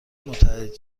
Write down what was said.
متعهد